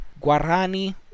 Guarani